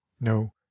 no